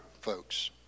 folks